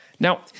Now